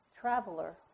Traveler